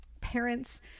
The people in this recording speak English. parents